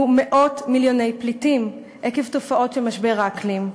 יהיו מאות-מיליוני פליטים עקב תופעות של משבר האקלים.